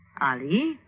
Ali